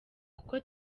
kuko